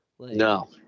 no